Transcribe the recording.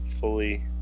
fully